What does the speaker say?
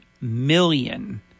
million